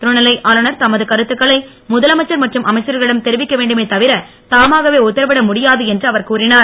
துணைநிலை ஆளுநர் தமது கருத்துக்கனை முதலமைச்சர் மற்றும் அமைச்சர்களிடம் தெரிவிக்க வேண்டுமே தவிர தாமாகவே உத்தரவிட முடியாது என்று அவர் கூறினார்